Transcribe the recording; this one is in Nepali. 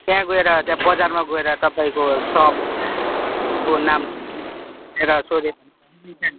त्यहाँ गएर त्यहाँ बजारमा गएर तपाईँको सपको नाम भनेर सोध्यो भने भनिदिन्छ नि है